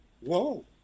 Whoa